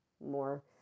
more